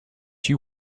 she